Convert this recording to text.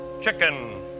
Chicken